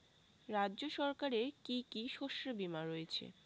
রাজ্য সরকারের কি কি শস্য বিমা রয়েছে?